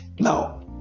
Now